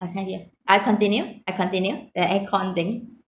I can't hear I continue I continue the aircon thing